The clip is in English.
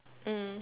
mm